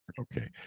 Okay